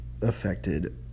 affected